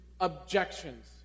objections